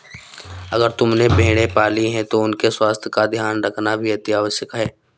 अगर तुमने भेड़ें पाली हैं तो उनके स्वास्थ्य का ध्यान रखना भी अतिआवश्यक है